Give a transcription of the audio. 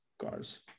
cars